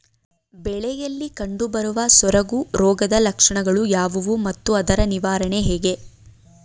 ಬೆಳೆಯಲ್ಲಿ ಕಂಡುಬರುವ ಸೊರಗು ರೋಗದ ಲಕ್ಷಣಗಳು ಯಾವುವು ಮತ್ತು ಅದರ ನಿವಾರಣೆ ಹೇಗೆ?